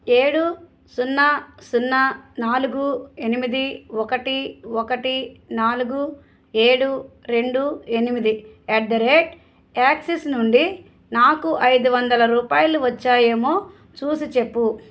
ఏడు సున్నా సున్నా నాలుగు ఎనిమిది ఒకటి ఒకటి నాలుగు ఏడు రెండు ఎనిమిది అట్ ది రేట్ యాక్సిస్ నుండి నాకు ఐదు వందలు రూపాయలు వచ్చాయేమో చూసిచెప్పు